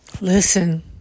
Listen